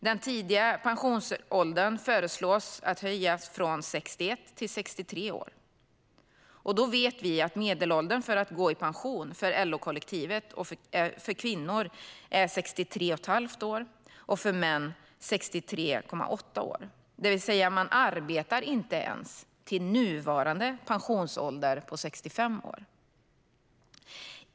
Den tidiga pensionsåldern föreslås höjas från 61 till 63 år. Då vet vi att medelåldern i LO-kollektivet för att gå i pension är 63,5 år för kvinnor och 63,8 år för män, det vill säga att man inte ens arbetar till nuvarande pensionsålder på 65 år.